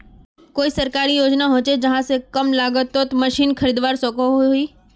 कोई सरकारी योजना होचे जहा से कम लागत तोत मशीन खरीदवार सकोहो ही?